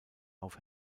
auf